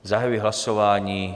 Zahajuji hlasování.